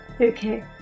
Okay